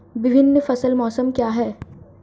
विभिन्न फसल मौसम क्या हैं?